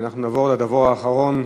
אנחנו נעבור לדובר האחרון,